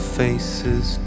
faces